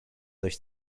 coś